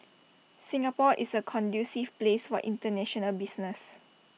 Singapore is A conducive place for International business